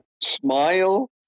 SMILE